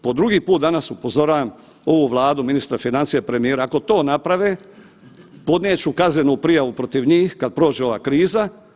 Po drugi put danas upozoravam ovu Vladu, ministra financija i premijera, ako to naprave, podnijet ću kaznenu prijavu protiv njih kad prođe ova kriza.